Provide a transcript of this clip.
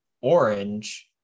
orange